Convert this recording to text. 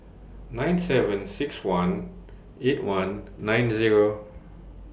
nine seven six one eight one nine Zero